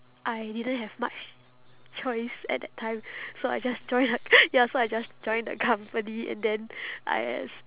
I didn't have much choice at that time so I just joined like ya so I just joined the company and then I asked